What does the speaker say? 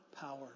power